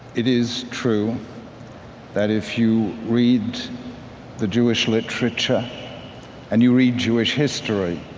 it is true that if you read the jewish literature and you read jewish history,